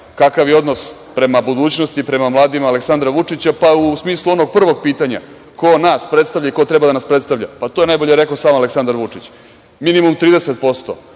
kakav je odnos prema budućnosti i prema mladima Aleksandra Vučića, pa u smislu onog prvog pitanja, ko nas predstavlja i ko treba da nas predstavlja? To je najbolje rekao sam Aleksandar Vučić. Minimum 30%